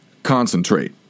concentrate